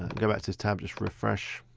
go back to this tab, just refresh.